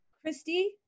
christy